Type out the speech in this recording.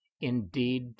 indeed